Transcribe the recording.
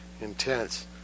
intense